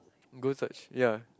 go search ya